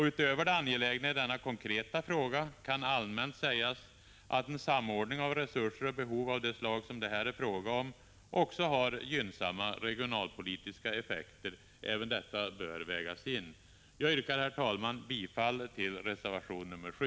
Utöver det angelägna i denna konkreta fråga kan allmänt sägas att en samordning av resurser och behov av det slag som det här är fråga om också har gynnsamma regionalpolitiska effekter. Även detta bör vägas in. Jag yrkar, herr talman, bifall till reservation 7.